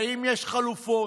אם יש חלופות,